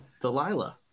Delilah